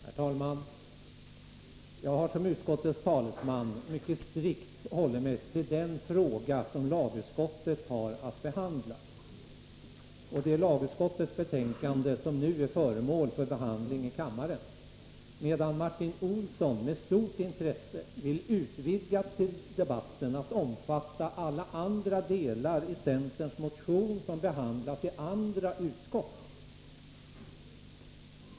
Herr talman! Jag har som utskottets talesman mycket strikt hållit mig till den fråga som lagutskottet har att behandla, och det är lagutskottets betänkande som nu är föremål för behandling i riksdagen. Martin Olsson vill däremot intresserat utvidga debatten till att omfatta även alla andra delar i centerns motion som behandlas av andra utskott.